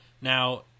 Now